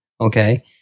okay